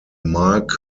marc